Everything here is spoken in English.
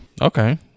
Okay